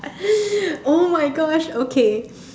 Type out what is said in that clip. !oh-my-gosh! okay